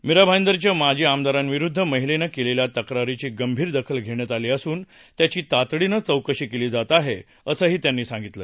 मीरा भाईदरच्या माजी आमदारांविरूद्व महिलेनं केलेल्या तक्रारीची गंभीर दखल घेण्यात आली असून त्याची तातडीनं चौकशी केली जात आहे असंही त्यांनी सांगितलं